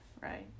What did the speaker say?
Right